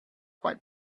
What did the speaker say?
quite